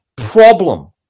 problem